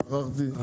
שכחתי להתייחס לזה.